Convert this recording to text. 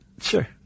Sure